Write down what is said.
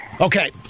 Okay